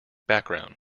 background